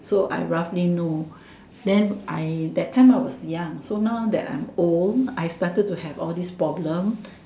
so I roughly know than I that time I was young so now that I am old I started to have all these problem